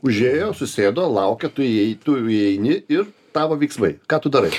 užėjo susėdo laukia tu įėjai tu įeini ir tavo veiksmai ką tu darai